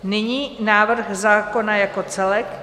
Nyní návrh zákona jako celek.